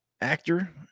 Actor